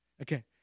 Okay